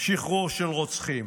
"שחרור של רוצחים.